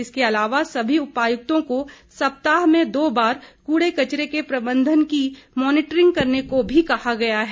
इसके अलावा सभी उपायुक्तों को सप्ताह में दो बार कूड़े कचरे को प्रबंधन की मॉनिटरिंग करने को भी कहा गया है